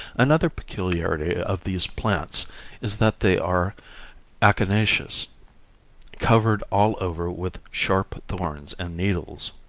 another peculiarity of these plants is that they are acanaceous covered all over with sharp thorns and needles.